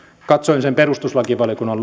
katsoin sen perustuslakivaliokunnan